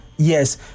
Yes